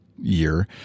year